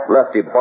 Lefty